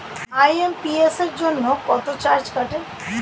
IMPS জন্য কত charge কাটে?